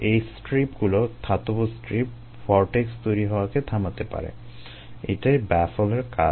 এই স্ট্রিপগুলো ধাতব স্ট্রিপ ভর্টেক্স তৈরি হওয়াকে থামাতে পারে এটাই ব্যাফলের কাজ